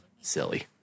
Silly